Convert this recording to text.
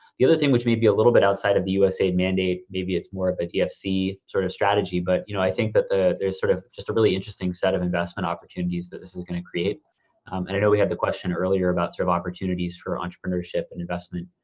the other thing which may be a little bit outside of the usa mandate, maybe it's more of a dfc sort of strategy, but you know i think that the there's sort of just a really interesting set of investment opportunities that this is gonna create. and i know we had the question earlier about opportunities for entrepreneurship and investment.